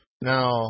now